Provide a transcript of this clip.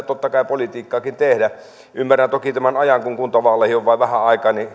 totta kai politiikkaakin tehdä ymmärrän toki tämän ajan kun kuntavaaleihin on vain vähän aikaa